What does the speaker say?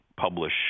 publish